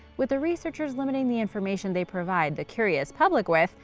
with the researchers limiting the information they provide the curious public with,